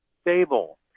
stable